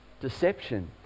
deception